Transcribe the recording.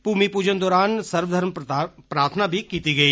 भूमि पूजन दौरान सर्वधर्म प्रार्थना बी किती गेई